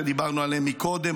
שדיברנו עליהם קודם,